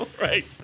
Right